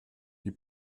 die